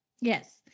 Yes